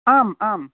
आम् आं